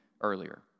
earlier